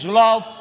love